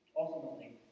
Ultimately